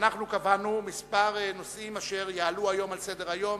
קבענו כמה נושאים אשר יעלו היום על סדר-היום